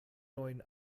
neuen